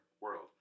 world